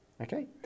Okay